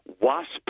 wasp